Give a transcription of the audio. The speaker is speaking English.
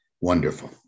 Wonderful